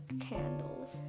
candles